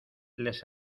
les